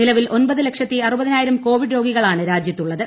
നിലവിൽ ഒൻപത് ലക്ഷത്തി അറുപതിനായിരം കോവിഡ് രോഗികളാണ് രാജ്യത്തുള്ളത്